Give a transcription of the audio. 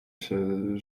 się